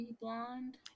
blonde